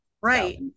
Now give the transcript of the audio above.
right